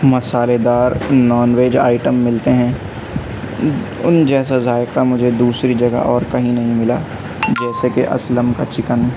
مصالحے دار non veg item ملتے ہیں ان جیسا ذائقہ مجھے دوسری جگہ اور کہیں نہیں ملا جیسے کہ اسلم کا چکن